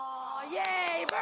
yay,